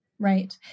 Right